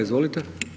Izvolite.